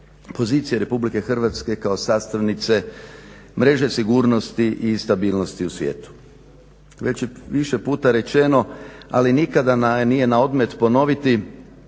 pozicije RH kao sastavnice mreže sigurnosti i stabilnosti u svijetu. Već je više puta rečeno ali nikada nije na odmet ponoviti